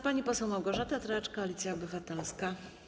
Pani poseł Małgorzata Tracz, Koalicja Obywatelska.